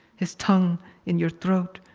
his tongue in your throat,